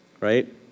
right